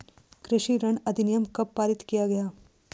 कृषि ऋण अधिनियम कब पारित किया गया?